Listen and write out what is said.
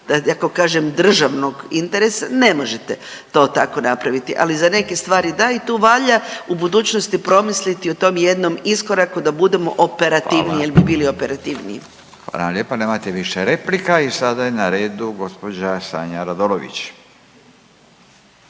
ako kažem državnog interesa ne možete to tako napraviti. Ali za neke stvari da i tu valja u budućnosti promisliti o tom jednom iskoraku da budemo operativniji, jer bi bili operativniji. **Radin, Furio (Nezavisni)** Hvala vam lijepa. Nemate više replika. I sada je na redu gospođa Sanja Radolović.